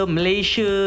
Malaysia